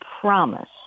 promise